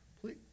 Please